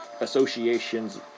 associations